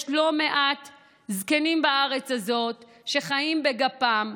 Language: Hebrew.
יש לא מעט זקנים בארץ הזאת שחיים בגפם,